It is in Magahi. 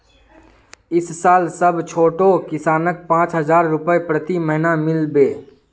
इस साल सब छोटो किसानक पांच हजार रुपए प्रति महीना मिल बे